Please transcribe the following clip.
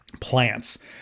plants